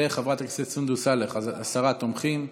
וחברת הכנסת סונדוס סאלח, אז עשרה תומכים,